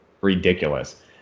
ridiculous